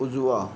उजवा